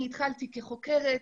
התחלתי כחוקרת,